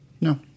No